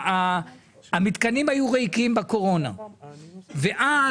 המתקנים היו ריקים בקורונה ואז